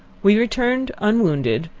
we returned unwounded,